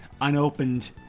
unopened